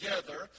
together